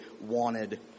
wanted